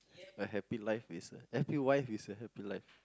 a happy life is a happy wife is a happy life